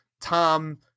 Tom